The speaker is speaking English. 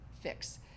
fix